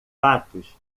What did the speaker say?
fatos